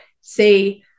say